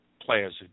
players